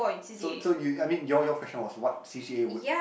so so you I mean your your question was what C_C_A would